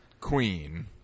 queen